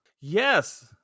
Yes